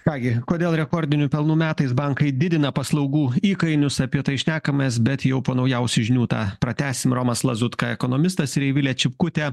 ką gi kodėl rekordinių pelnų metais bankai didina paslaugų įkainius apie tai šnekamės bet jau po naujausių žinių tą pratęsim romas lazutka ekonomistas ir eivilė čipkutė